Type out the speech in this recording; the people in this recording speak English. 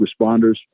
responders